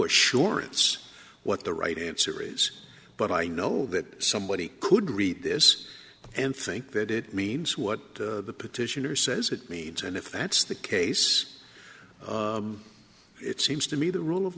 assurance what the right answer is but i know that somebody could read this and think that it means what the petitioner says it needs and if that's the case it seems to me the rule of